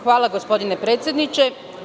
Hvala gospodine predsedniče.